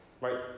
right